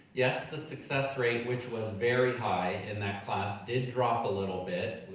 yes, the success rate, which was very high in that class, did drop a little bit,